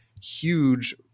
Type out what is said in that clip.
huge